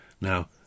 Now